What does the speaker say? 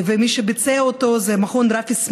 ומי שביצע אותו זה מכון רפי סמית.